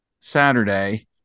Saturday